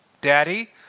Daddy